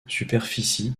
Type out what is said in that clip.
superficie